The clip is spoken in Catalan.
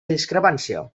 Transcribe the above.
discrepància